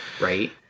right